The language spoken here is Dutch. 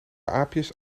aapjes